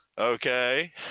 okay